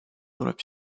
tuleb